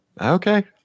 Okay